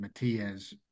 Matias